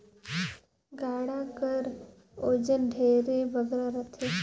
गाड़ा कर ओजन ढेरे बगरा रहथे